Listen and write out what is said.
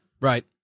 right